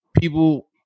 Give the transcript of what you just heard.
People